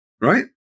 Right